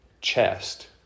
chest